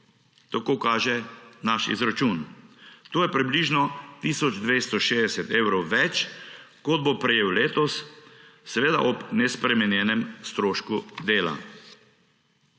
tako kaže naš izračun. To je približno tisoč 260 evrov več, kot bo prejel letos, seveda ob nespremenjenem strošku dela.